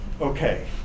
okay